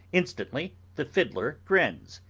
instantly the fiddler grins,